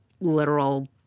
literal